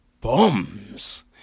bombs